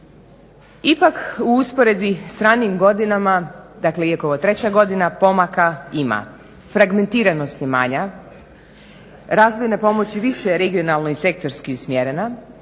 Ipak u usporedbi sa ranijim godinama dakle iako je ova treća godina, pomaka ima. Fragmantiranost je manja. Razvojna pomoć više je regionalno i sektorski usmjerena.